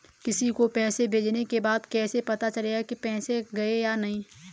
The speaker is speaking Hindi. किसी को पैसे भेजने के बाद कैसे पता चलेगा कि पैसे गए या नहीं?